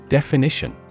Definition